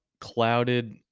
clouded